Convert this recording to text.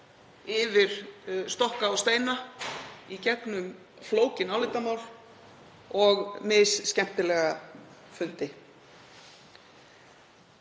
yfir stokka og steina, í gegnum flókin álitamál og misskemmtilega fundi.